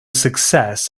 success